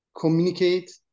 communicate